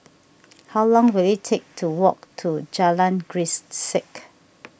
how long will it take to walk to Jalan Grisek